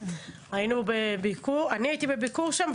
הייתי בביקור שם.